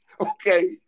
okay